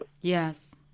yes